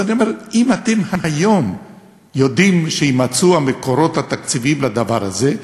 אז אני אומר: אם אתם היום יודעים שיימצאו המקורות התקציביים לדבר הזה,